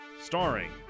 Starring